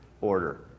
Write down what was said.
order